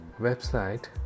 website